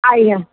ଆଜ୍ଞା